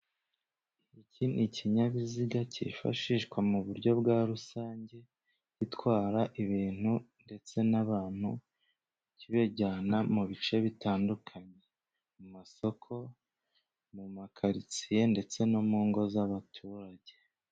Iki ni ikinyabiziga cyifashishwa mu buryo bwa rusange, gitwara ibintu ndetse n'abantu kibijyana mu bice bitandukanye, mu masoko, mu makaritsiye ndetse no mu ngo z'abaturage.